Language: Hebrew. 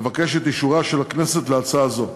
אבקש את אישורה של הכנסת להצעה זו.